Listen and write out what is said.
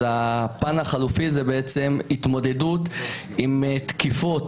אז הפן החלופי זה בעצם התמודדות עם תקיפות